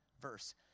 verse